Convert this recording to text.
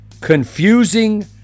Confusing